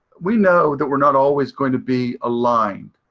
we know that we're not always going to be aligned.